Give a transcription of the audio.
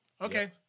okay